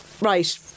right